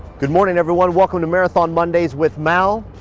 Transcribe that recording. good morning everyone! welcome to marathon mondays with mal.